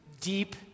deep